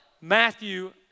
Matthew